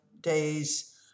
days